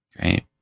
Great